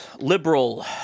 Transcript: liberal